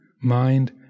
mind